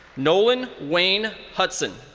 nolan wayne hudson.